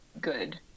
good